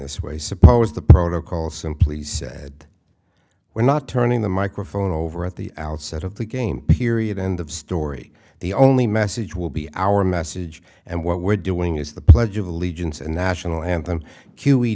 way suppose the protocol simply said we're not turning the microphone over at the outset of the game period end of story the only message will be our message and what we're doing is the pledge of allegiance and national anthem q e